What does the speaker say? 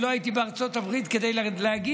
אני לא הייתי בארצות הברית כדי להגיד,